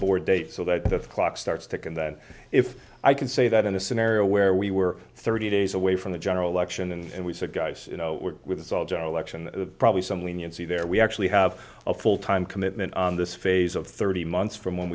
that the clock starts ticking that if i can say that in a scenario where we were thirty days away from the general election and we said guys you know we're with this all general election probably some leniency there we actually have a full time commitment on this phase of thirty months from when